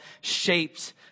shaped